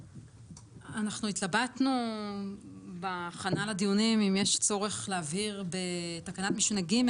אנחנו התלבטנו בהכנה לדיונים אם יש צורך להבהיר בתקנת משנה (ג)